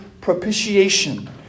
propitiation